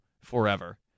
forever